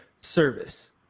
service